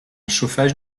chauffage